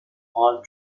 palm